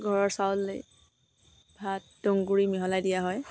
ঘৰৰ চাউলে ভাত তুঁহগুৰি মিহলাই দিয়া হয়